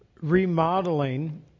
remodeling